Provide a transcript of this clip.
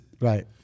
Right